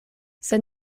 sed